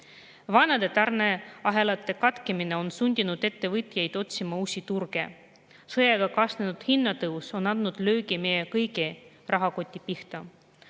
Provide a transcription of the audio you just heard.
Vanade tarneahelate katkemine on sundinud ettevõtjaid otsima uusi turge. Sõjaga kaasnenud hinnatõus on andnud löögi meie kõigi rahakoti pihta.